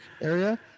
Area